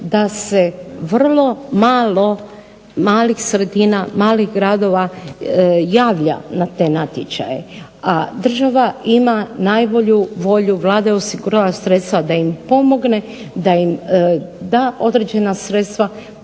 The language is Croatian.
da se vrlo malo malih sredina, malih gradova javlja na te natječaje. A država ima najbolju volju, Vlada je osigurala sredstva da im pomogne, da im da određena sredstva